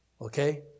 Okay